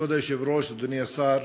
כבוד היושב-ראש, אדוני השר,